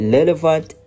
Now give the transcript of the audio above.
Relevant